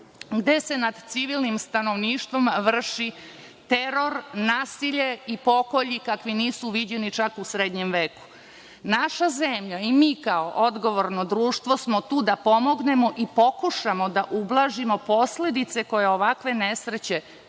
gde se nad civilnim stanovništvom vrši teror, nasilje i pokolji kakvi nisu viđeni čak u srednjem veku. Naša zemlja i mi kao odgovorno društvo smo tu da pomognemo i pokušamo da ublažimo posledice koje ovakve nesreće